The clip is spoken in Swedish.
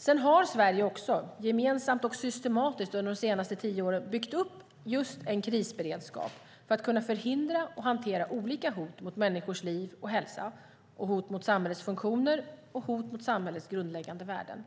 Sedan har Sverige också, gemensamt och systematiskt, under de senaste tio åren byggt upp just en krisberedskap för att kunna förhindra och hantera olika hot mot människors liv och hälsa, hot mot samhällets funktioner och hot mot samhällets grundläggande värden.